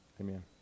Amen